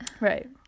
right